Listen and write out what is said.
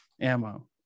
ammo